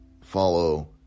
follow